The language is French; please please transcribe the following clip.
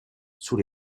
sous